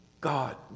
God